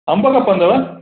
अंब खपंदव